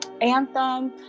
anthem